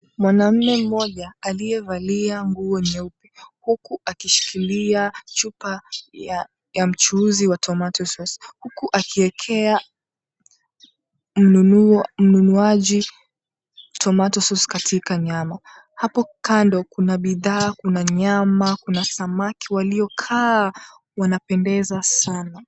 Mwanaume mmoja aliyevalia nguo nyeupe huku akishikilia chupa ya mchuuzi ya tomato sauce huku akiweka mnunuaji tomato sauce katika nyama, hapo kando kuna bidhaa kuna nyama kuna samaki waliokaa wanapendeza sana.